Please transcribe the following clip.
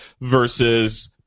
versus –